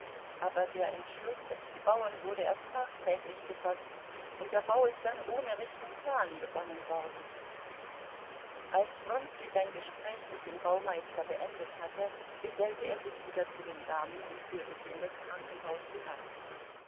aber der entschluß es zu bauen wurde erst nachträglich gefaßt und der bau ist dann ohne rechten plan begonnen worden als wronski sein gespräch mit dem baumeister beendet hatte gesellte er sich wieder zu den damen und führte sie in das krankenhaus hinein